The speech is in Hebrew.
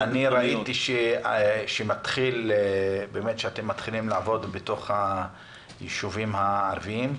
ראיתי שאתם מתחילים לעבוד בתוך היישובים הערביים.